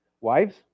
wives